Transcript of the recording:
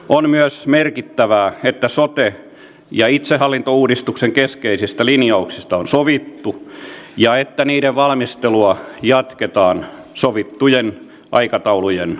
on myös merkittävää että sote ja itsehallintouudistuksen keskeisistä linjauksista on sovittu ja että niiden valmistelua jatketaan sovittujen aikataulujen mukaisesti